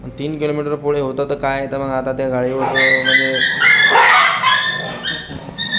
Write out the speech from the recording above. आणि तीन किलोमीटर पुढे होतं तर काय तर मग आता त्या गाडीवरचं म्हनजे